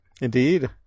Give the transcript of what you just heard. Indeed